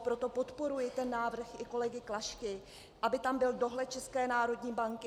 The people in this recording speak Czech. Proto podporuji ten návrh i kolegy Klašky, aby tam byl dohled České národní banky.